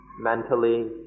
mentally